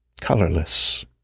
colorless